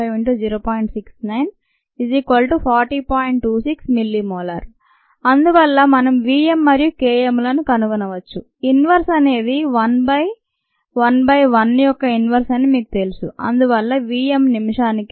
26 mM అందువల్ల మనం V M మరియు k mలను కనుగొనవచ్చు ఇన్వర్స్ అనేది 1 బై 1 బై 1 యొక్క ఇన్వర్స్ అని మీకు తెలుసు అందువల్ల V m నిమిషానికి 0